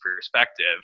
perspective